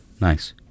Nice